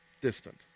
distant